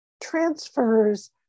transfers